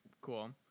cool